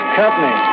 company